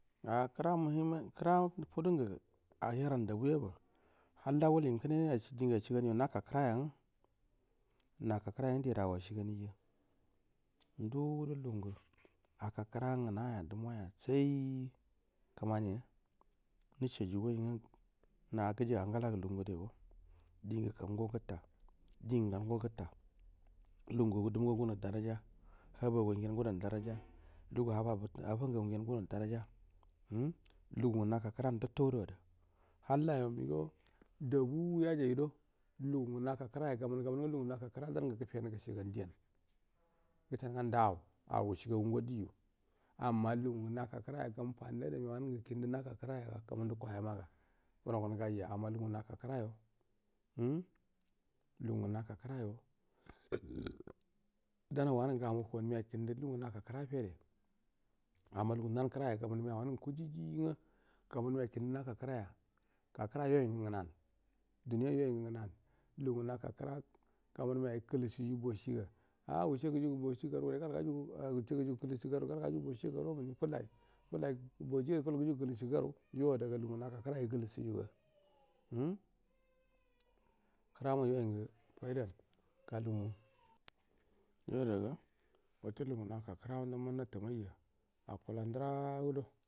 Akuamuhim kra fadungu a har an dabu y aba halla wulingu kin ash dingu ashigani jo naka kira ya ngu naka kra gangu di ada au ashi gauni ja ndu gu do lugun gu aka kra ngu nay a dumu waya sai kmania nusha ju gai nga mgaji angala ga lug u ngude go din gu gan go gutta din gu gan go gutta lugun nga gulgo dumu ganu daraja haba gu wai go gudan daraja lugu haba butat nffan gagu ngen gu nu dora ja umm lugungu naka kran da tton ada halla yo migoo da buy a jai do lugungu naka nra yo ga mu gamuru nga lugangu naka kra go dan ngu gafenu gashi gan dian gushe nu ga nda au wushi gagu ngo dija amma lugun gun aka kraya ya gamu fan du ada miya manu nga kindu naka lera ga gamun du kwaya maga gunogan gaija amma kugungu naka krago umm lagan gun aka krayo da na wanun gu gamu fawan miya kindu lugungu naka nra fede amma lugung naka kra ya gamun miya wanun ga kujiji ngo ga mun miya kindu naka kraya gakra yoi ngu ngunan dune yoi ngu ngu nana la gan ngu naka kra gamun miya ai gulishi ru boshi ga a wusshe gujugu bashi garure gal gajagu a wushe gujugu gishi gara is gal ga jugu boshi a garu waamuni fullai fullai boshi aru goi gu ju gi ashi garu yo ada ga lu gun gun aka kra yo ai gulish jaga umm kra ma yoi ngu faidax ga lugungu umm yod aga watte gu gu ngu naka kra ma dan ma natu mai ja akula ndu rag u do.